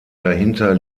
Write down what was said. dahinter